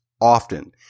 often